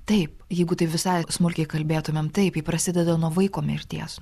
taip jeigu taip visai smulkiai kalbėtumėm taip ji prasideda nuo vaiko mirties